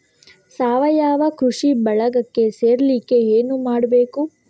ಸಾವಯವ ಕೃಷಿ ಬಳಗಕ್ಕೆ ಸೇರ್ಲಿಕ್ಕೆ ಏನು ಮಾಡ್ಬೇಕು?